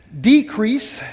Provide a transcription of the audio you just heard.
decrease